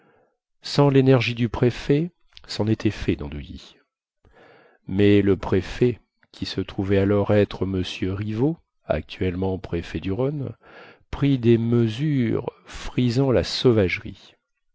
sans lénergie du préfet cen était fait dandouilly mais le préfet qui se trouvait alors être m rivaud actuellement préfet du rhône prit des mesures frisant la sauvagerie